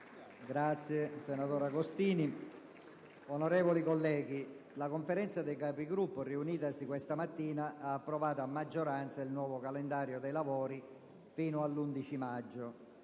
apre una nuova finestra"). Onorevoli Colleghi, la Conferenza dei Capigruppo riunitasi questa mattina ha approvato a maggioranza il nuovo calendario dei lavori fino al 19 maggio.